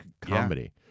comedy